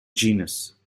genus